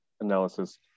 analysis